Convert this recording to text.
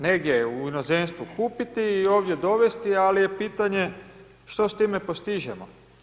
Negdje u inozemstvu kupiti i ovdje dovesti ali je pitanje što s time postižemo.